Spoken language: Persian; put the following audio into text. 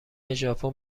ژاپن